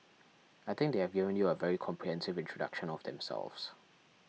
I think they have given you a very comprehensive introduction of themselves